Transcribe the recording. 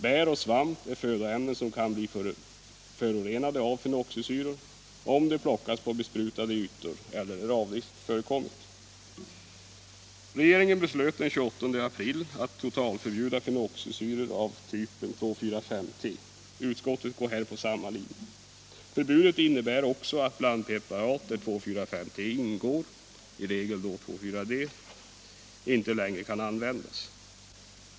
Bär och svamp är födoämnen som kan bli förorenade av fenoxisyror, om de plockas på besprutade ytor eller där avdrift förekommit. Regeringen beslöt den 28 april att totalförbjuda fenoxisyror av typ 2,4,5-T. Utskottet går här på samma linje. Förbudet innebär också att blandpreparat där 2,4,5-T ingår — i regel då 2,4-D — inte längre kan användas.